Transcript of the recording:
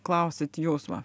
klausit jūs va